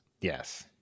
yes